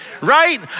right